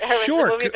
Sure